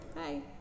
Hi